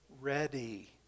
ready